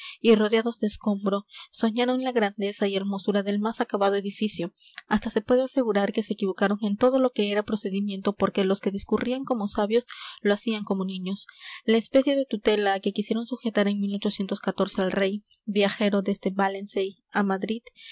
rodeados de escombros soñaron la grandeza y hermosura del más acabado edificio hasta se puede asegurar que se equivocaron en todo lo que era procedimiento porque los que discurrían como sabios lo hacían como niños la especie de tutela a que quisieron sujetar en al rey viajero desde valencey a madrid